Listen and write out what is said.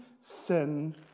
sin